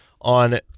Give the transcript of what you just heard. on